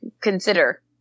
consider